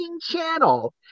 channel